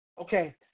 Okay